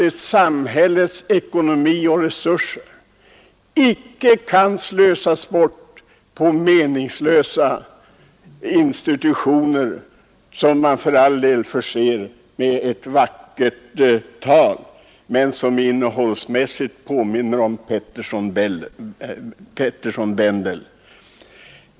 Ett samhälles ekonomi och resurser får ändå inte slösas bort på meningslösa institutioner, som man för all del förser med vackert tal men som innehållsmässigt påminner om Pettersson & Bendel.